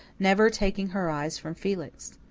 never taking her eyes from felix.